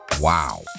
Wow